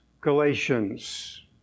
Galatians